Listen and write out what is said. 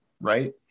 right